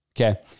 Okay